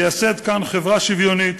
לייסד כאן חברה שוויונית